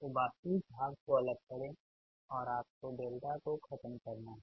तो वास्तविक भाग को अलग करें और आपको डेल्टा को ख़त्म करना है